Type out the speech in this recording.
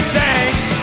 thanks